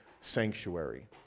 sanctuary